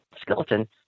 skeleton